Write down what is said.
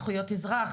זכויות אזרח,